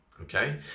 okay